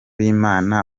imana